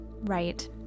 Right